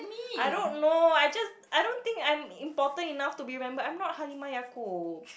I don't know I just I don't think I'm important enough to be remembered I'm not Halimah-Yacoob